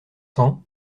cents